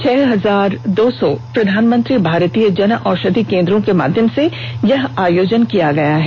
छह हजार दो सौ प्रधानमंत्री भारतीय जन औषधि केन्द्रों के माध्यम से यह आयोजन किया गया है